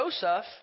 Joseph